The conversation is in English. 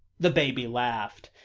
the baby laughed.